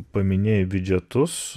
paminėjai biudžetus